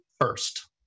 first